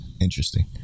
interesting